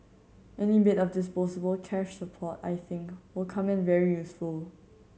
any bit of disposable cash support I think will come in very useful